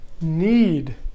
need